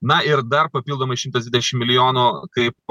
na ir dar papildomai šimtas dvidešim milijonų kaip